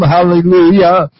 Hallelujah